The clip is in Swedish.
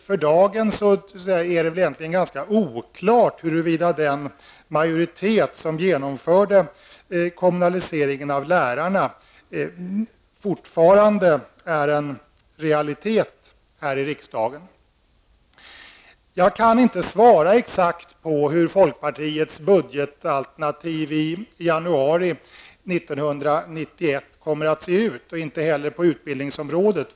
För dagen är det alltså ganska oklart huruvida den majoritet som genomförde kommunaliseringen av lärarna fortfarande är en realitet här i riksdagen. Jag kan inte svara exakt på hur folkpartiets budgetalternativ i januari 1991 kommer att se ut och inte heller när det gäller utbildningsområdet.